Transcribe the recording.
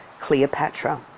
Cleopatra